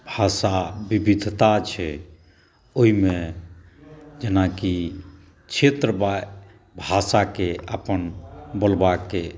भाषा विविधता छै ओहिमे जेनाकि क्षेत्र बाइ भाषाकेँ अपन बोलबाके